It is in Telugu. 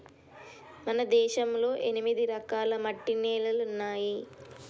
మన దేశంలో ఎనిమిది రకాల మట్టి నేలలున్నాయి